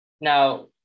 Now